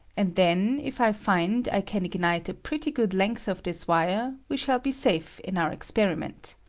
and then if i find i can ignite a pretty good length of this wire we shall be safe in our experiment.